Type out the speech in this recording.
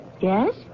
Yes